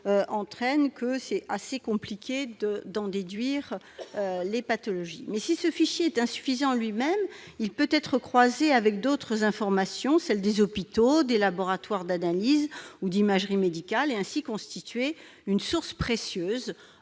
est donc assez compliqué d'en déduire les pathologies soignées. Néanmoins, si ce fichier est insuffisant en lui-même, il peut être croisé avec d'autres informations, comme celles provenant des hôpitaux ou des laboratoires d'analyses ou d'imagerie médicale, et ainsi constituer une source précieuse